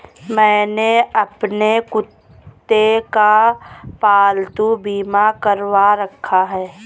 मैंने अपने कुत्ते का पालतू बीमा करवा रखा है